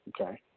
okay